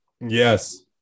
Yes